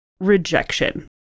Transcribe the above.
rejection